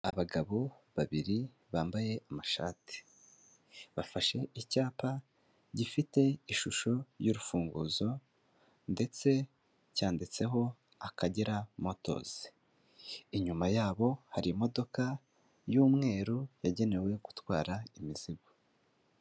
Abagabo babiri bambaye amashati. Bafashe icyapa gifite ishusho y'urufunguzo ndetse cyanditseho akagera motozi. Inyuma yabo hari imodoka y'umweru yagenewe gutwara imizigo.